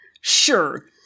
Sure